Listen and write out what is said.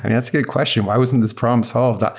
and that's a good question. why wasn't this problem solved? ah